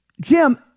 Jim